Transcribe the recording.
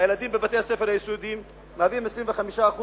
הילדים בבתי-הספר היסודיים מהווים 25%